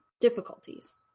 difficulties